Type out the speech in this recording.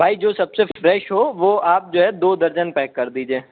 بھائی جو سب سے بیسٹ ہو وہ آپ جو ہے دو درجن پیک کر دیجئے